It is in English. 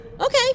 Okay